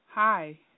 Hi